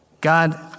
God